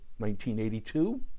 1982